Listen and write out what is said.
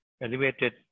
elevated